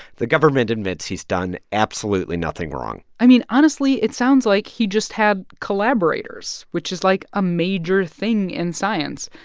the government admits he's done absolutely nothing wrong i mean, honestly, it sounds like he just had collaborators, which is, like, a major thing in science.